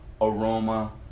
aroma